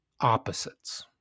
opposites